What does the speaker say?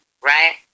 right